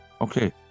Okay